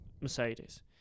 Mercedes